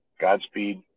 Godspeed